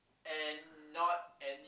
and not any